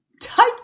type